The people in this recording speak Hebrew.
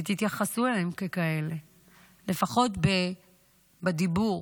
תתייחסו אליהם ככאלה לפחות בדיבור,